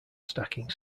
stacking